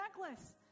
necklace